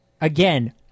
again